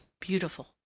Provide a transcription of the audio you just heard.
beautiful